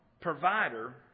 provider